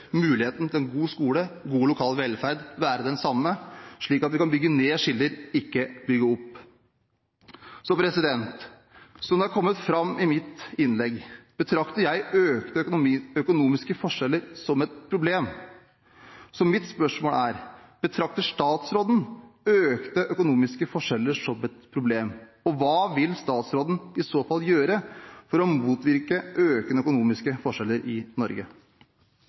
en god skole og for god lokal velferd være de samme, slik at vi kan bygge ned skiller, ikke bygge dem opp. Som det er kommet fram i mitt innlegg, betrakter jeg økte økonomiske forskjeller som et problem. Så mitt spørsmål er: Betrakter statsråden økte økonomiske forskjeller som et problem? Og hva vil statsråden i så fall gjøre for å motvirke økende økonomiske forskjeller i Norge?